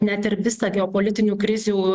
net ir visą geopolitinių krizių